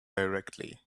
directly